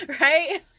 right